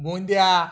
বোঁদে